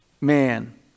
man